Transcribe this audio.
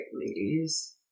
ladies